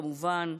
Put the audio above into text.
כמובן,